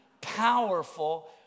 powerful